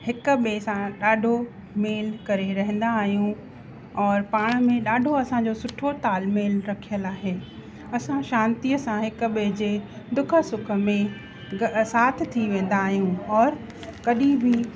हिक ॿिए सां ॾाढो मेल करे रहंदा आहियूं और पाण में ॾाढो असांजो सुठो ताल मेल रखियल आहे असां शांतीअ सां हिक ॿिए जे दुख सुख में साथ थी वेंदा आहियूं और कॾहिं बि